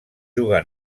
juga